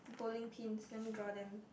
bowling pins let me draw them